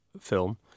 film